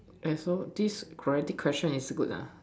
I saw this question is good lah